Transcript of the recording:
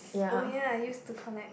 oh ya I used to collect